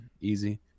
Easy